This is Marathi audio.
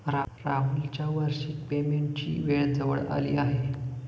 राहुलच्या वार्षिक पेमेंटची वेळ जवळ आली आहे